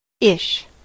Ish